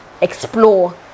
explore